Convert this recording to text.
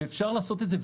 ואפשר לעשות את זה.